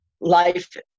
life